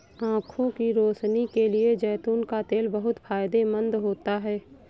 आंखों की रोशनी के लिए जैतून का तेल बहुत फायदेमंद होता है